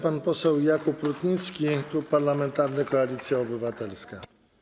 Pan poseł Jakub Rutnicki, Klub Parlamentarny Koalicja Obywatelska.